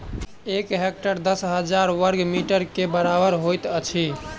एक हेक्टेयर दस हजार बर्ग मीटर के बराबर होइत अछि